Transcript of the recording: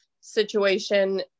situation